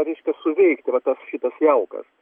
reiškia suveikti vat tas šitas jaukas